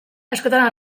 askotan